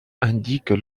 indiquent